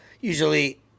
usually –